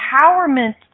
empowerment